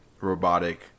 robotic